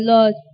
Lord